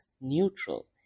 neutral